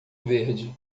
verde